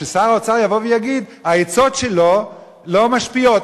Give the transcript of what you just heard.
שר האוצר יבוא ויגיד: העצות שלו לא משפיעות.